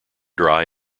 dry